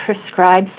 prescribed